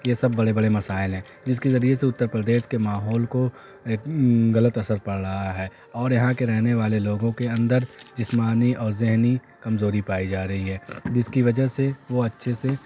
یہ سب بڑے بڑے مسائل ہیں جس کے ذریعے سے اتر پردیش کے ماحول کو ایک غلط اثر پڑ رہا ہے اور یہاں کے رہنے والے لوگوں کے اندر جسمانی اور ذہنی کمزوری پائی جا رہی ہے جس کی وجہ سے وہ اچھے سے